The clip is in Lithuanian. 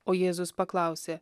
o jėzus paklausė